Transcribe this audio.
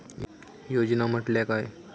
योजना म्हटल्या काय?